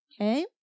Okay